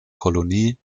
kolonie